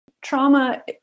Trauma